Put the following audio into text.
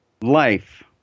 life